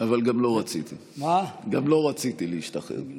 אבל גם לא רציתי להשתחרר מזה.